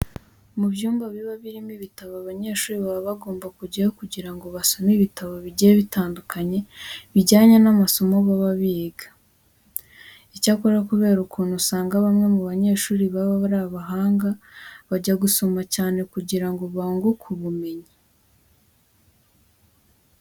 Mu byumba biba birimo ibitabo abanyeshuri baba bagomba kujyayo kugira ngo basome ibitabo bigiye bitandukanye bijyanye n'amasomo baba biga. Icyakora kubera ukuntu usanga bamwe mu banyeshuri baba ari abahanga, bajya gusoma cyane kugira ngo bunguke ubumenyi.